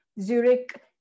Zurich